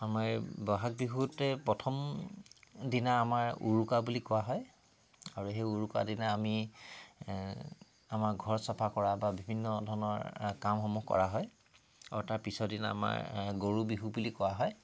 আমি বহাগ বিহুতে প্ৰথম দিনা আমাৰ উৰুকা বুলি কোৱা হয় আৰু সেই উৰুকা দিনা আমি আমাৰ ঘৰ চফা কৰা বা বিভিন্ন ধৰণৰ কামসমূহ কৰা হয় অৰ্থাৎ পিছৰ দিনা আমাৰ গৰু বিহু বুলি কোৱা হয়